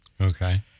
Okay